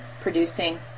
producing